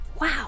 wow